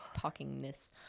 talkingness